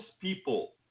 people